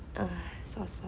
sorry